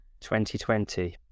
2020